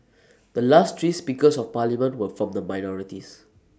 the last three speakers of parliament were from the minorities